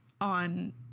on